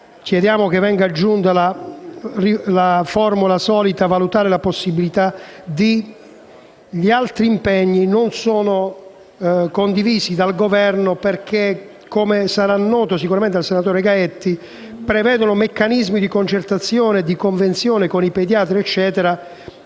chiediamo che venga aggiunta la formula: «a valutare la possibilità di». I punti 2) e 3) non sono condivisi dal Governo perché, come sarà sicuramente noto al senatore Gaetti, prevedono meccanismi di concertazione e di convenzione con i pediatri e